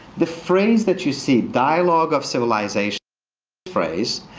the phrase that you see, dialogue of civilization phrase.